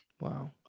wow